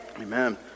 Amen